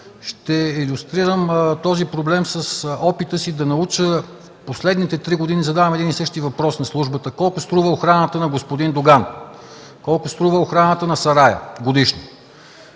Ще илюстрирам този проблем с опита си да науча – последните три години задавам един и същи въпрос на службата: колко струва охраната на господин Доган; колко струва охраната на сарая годишно?